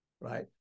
right